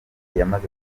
yamaze